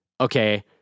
okay